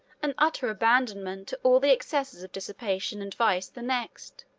and utter abandonment to all the excesses of dissipation and vice the next.